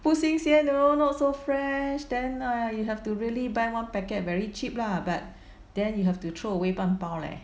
不新鲜 lor not so fresh then !hais! you have to really buy one packet very cheap lah but then you have to throw away 半包 leh